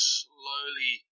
slowly